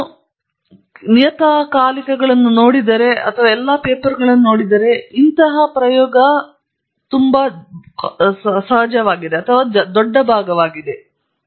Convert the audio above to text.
ನೀವು ನಿಯತಕಾಲಿಕಗಳನ್ನು ನೋಡಿದರೆ ಮತ್ತು ನೀವು ಬರುವ ಎಲ್ಲ ಪೇಪರ್ಗಳನ್ನು ನೋಡಿದರೆ ಇದು ಬಹಳ ದೊಡ್ಡ ಭಾಗವಾಗಿದೆ